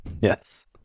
Yes